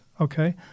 Okay